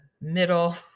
middle